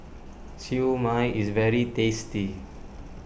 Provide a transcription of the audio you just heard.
Siew Mai is very tasty